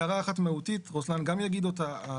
הערה אחת מהותית, רוסלאן גם יגיד אותה.